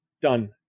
Done